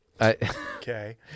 Okay